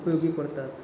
उपयोगी पडतात